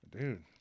Dude